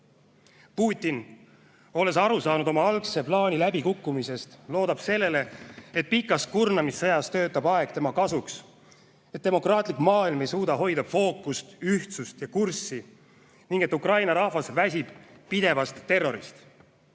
Putin, olles aru saanud oma algse plaani läbikukkumisest, loodab sellele, et pikas kurnamissõjas töötab aeg tema kasuks, et demokraatlik maailm ei suuda hoida fookust, ühtsust ja kurssi ning et Ukraina rahvas väsib pidevast terrorist.